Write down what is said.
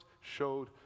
showed